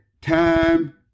time